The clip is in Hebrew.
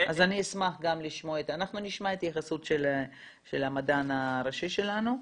אני אשמח לשמוע התייחסות של המדען הראשי שלנו,